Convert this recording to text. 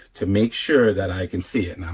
to make sure that i can see it, and um